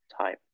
time